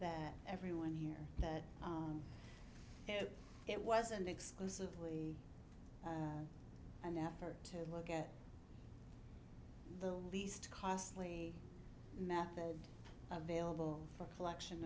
that everyone here that it wasn't exclusively and effort to look at the least costly method available for collection